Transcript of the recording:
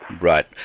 Right